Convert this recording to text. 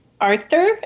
Arthur